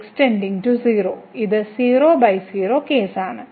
x→0 ഇത് 0 ബൈ 0 കേസാണ്